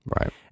Right